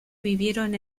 vivieron